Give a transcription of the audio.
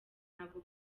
ntabwo